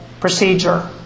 procedure